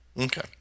Okay